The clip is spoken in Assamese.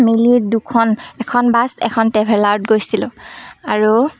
মিলি দুখন এখন বাছ এখন ট্ৰেভেলাৰত গৈছিলোঁ আৰু